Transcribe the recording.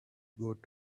got